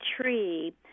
tree